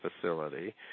facility